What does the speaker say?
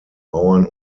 bauern